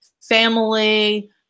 family